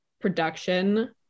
production